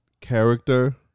character